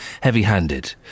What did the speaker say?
heavy-handed